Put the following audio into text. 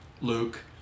Luke